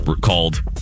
called